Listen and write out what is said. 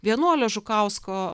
vienuolio žukausko